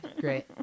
great